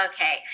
Okay